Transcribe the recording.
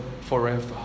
forever